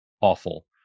awful